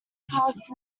parked